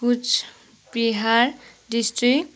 Cooch Behar district